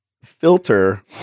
filter